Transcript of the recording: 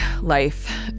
life